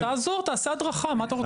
אז תעזור, תעשה הדרכה, מה אתה רוצה?